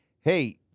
hey